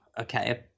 Okay